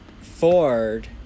Ford